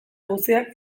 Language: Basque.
guztiak